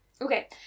Okay